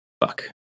Fuck